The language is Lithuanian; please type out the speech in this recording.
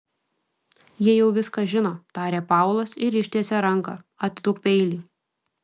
jie jau viską žino tarė paulas ir ištiesė ranką atiduok peilį